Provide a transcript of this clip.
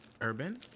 urban